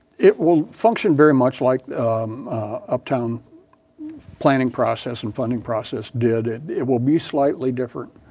it will function very much like uptown planning process and funding process did. it it will be slightly different